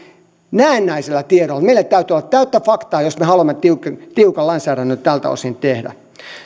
näennäisellä tiedolla meillä täytyy olla täyttä faktaa jos me haluamme tiukan tiukan lainsäädännön tältä osin tehdä